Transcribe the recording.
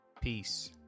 Peace